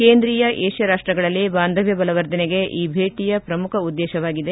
ಕೇಂದ್ರೀಯ ಏಷ್ಯಾ ರಾಷ್ಪಗಳಲ್ಲಿ ಬಾಂಧವ್ಯ ಬಲವರ್ಧನೆಗೆ ಈ ಭೇಟಯ ಪ್ರಮುಖ ಉದ್ದೇಶವಾಗಿದೆ